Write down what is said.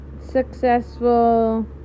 successful